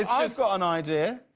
ah i've got an idea.